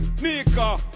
Nika